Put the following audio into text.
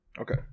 Okay